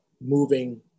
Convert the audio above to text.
moving